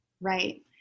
Right